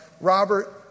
Robert